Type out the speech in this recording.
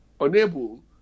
unable